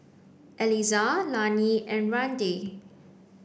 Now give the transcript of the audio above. Elizah Lannie and Randi